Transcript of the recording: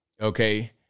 okay